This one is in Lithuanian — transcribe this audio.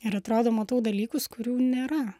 ir atrodo matau dalykus kurių nėra